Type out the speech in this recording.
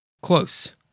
Close